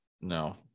No